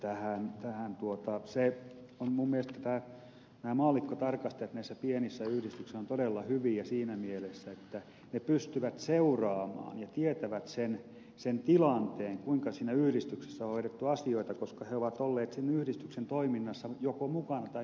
minun mielestäni nämä maallikkotarkastajat näissä pienissä yhdistyksissä ovat todella hyviä siinä mielessä että ne pystyvät seuraamaan ja tietävät sen tilanteen kuinka siinä yhdistyksessä on hoidettu asioita koska he ovat olleet sen yhdistyksen toiminnassa joko mukana tai hyvin lähellä sitä